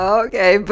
okay